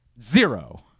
Zero